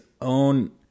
own